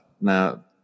Now